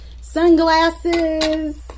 sunglasses